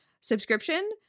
subscription